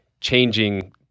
changing